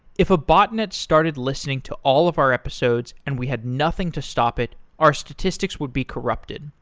if a botnet started listening to all of our episodes and we had nothing to stop it, our statistics would be corrupted.